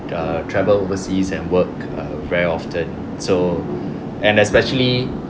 err travel overseas and work err very often so and especially